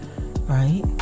right